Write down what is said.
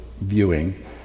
viewing